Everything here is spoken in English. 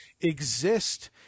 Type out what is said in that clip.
exist